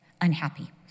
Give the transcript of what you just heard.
unhappy